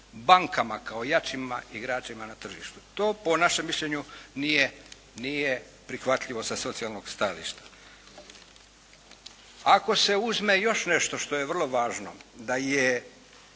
bankama kao jačim igračima na tržištu. To po našem mišljenju nije prihvatljivo sa socijalnog stajališta. Ako se uzme još nešto što je vrlo važno, da je